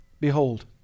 behold